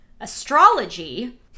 astrology